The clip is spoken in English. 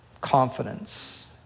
confidence